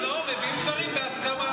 לא, מביאים דברים בהסכמה.